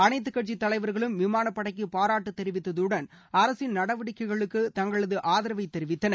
அனைத்து கட்சி தலைவர்களும் விமானப்படைக்கு பாராட்டு தெரிவித்ததுடன் அரசின் நடவடிக்கைகளுக்கு தங்களது ஆதரவை தெரிவித்தனர்